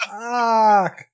fuck